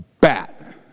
bat